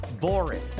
boring